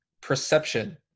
perception